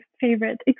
favorite